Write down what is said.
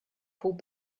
pulled